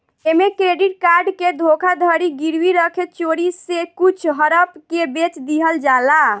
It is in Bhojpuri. ऐमे क्रेडिट कार्ड के धोखाधड़ी गिरवी रखे चोरी से कुछ हड़प के बेच दिहल जाला